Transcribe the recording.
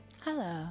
Hello